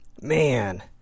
Man